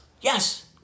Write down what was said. Yes